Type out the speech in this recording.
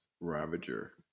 Ravager